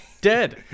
Dead